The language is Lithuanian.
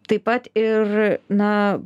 taip pat ir na